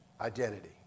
identity